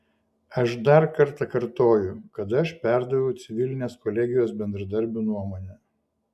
aš dar kartą kartoju kad aš perdaviau civilinės kolegijos bendradarbių nuomonę